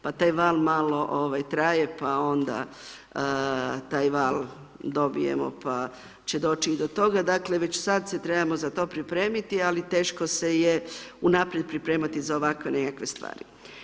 Pa taj val malo ovaj traje pa onda taj val dobijemo pa će doći i do toga, dakle već sad se trebamo za to pripremiti ali teško se je unaprijed pripremati za ovakve nekakve stvari.